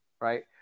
right